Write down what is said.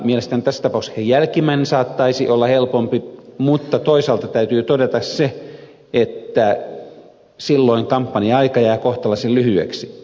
mielestäni tässä tapauksessa jälkimmäinen saattaisi olla helpompi vaihtoehto mutta toisaalta täytyy todeta se että silloin kampanja aika jää kohtalaisen lyhyeksi